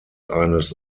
eines